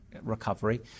recovery